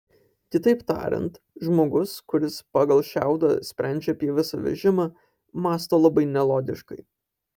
kitaip tariant žmogus kuris pagal šiaudą sprendžia apie visą vežimą mąsto labai nelogiškai